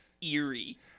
eerie